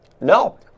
No